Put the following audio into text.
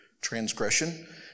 transgression